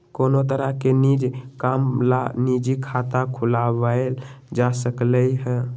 कोनो तरह के निज काम ला निजी खाता खुलवाएल जा सकलई ह